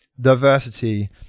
diversity